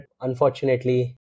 unfortunately